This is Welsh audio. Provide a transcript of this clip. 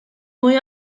mwy